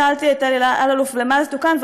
ואכן שאלתי את אלי אלאלוף למה זה תוקן,